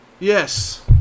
Yes